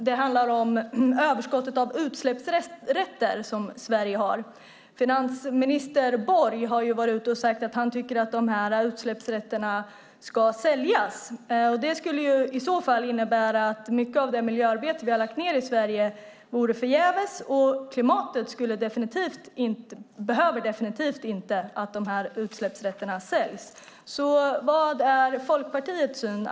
Den handlar om det överskott av utsläppsrätter som Sverige har. Finansminister Borg har sagt att han tycker att de utsläppsrätterna ska säljas. Det skulle innebära att mycket av det miljöarbete som vi har uträttat i Sverige skulle vara förgäves, och klimatet behöver definitivt inte att utsläppsrätterna säljs. Vad är Folkpartiets syn?